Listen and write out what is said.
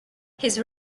his